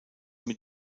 mit